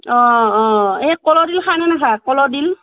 অ অ এই ক'লৰ ডিল খায়নে নেখায় ক'লৰ ডিল